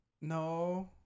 No